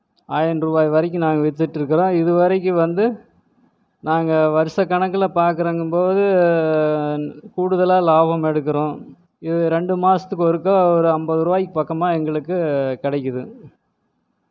ஆயிரம் ரூபா வரைக்கும் நாங்கள் வித்துட்டு இருக்கிறோம் இதுவரைக்கும் வந்து நாங்கள் வருஷக்கணக்குல பாக்குறங்கும் போது கூடுதலாக லாபம் எடுக்கிறோம் இது ரெண்டு மாதத்துக்கு ஒருக்க ஒரு ஐம்பது ரூபாய்க்கு பக்கமாக எங்களுக்கு கிடைக்குது